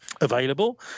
available